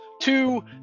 two